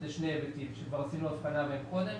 לשני היבטים שכבר עשינו הבחנה בהם קודם.